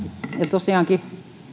tosiaankin